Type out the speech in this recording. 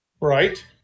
Right